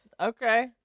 okay